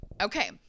okay